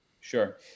Sure